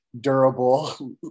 durable